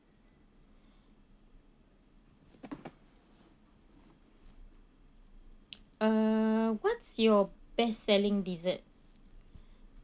uh what's your best selling dessert